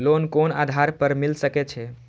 Loan कोन आधार पर मिल सके छे?